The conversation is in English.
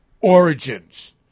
origins